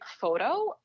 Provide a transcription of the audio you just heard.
photo